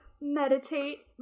meditate